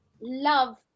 love